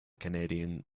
canadian